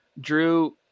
Drew